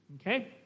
Okay